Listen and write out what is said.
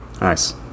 nice